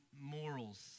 morals